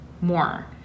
more